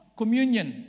communion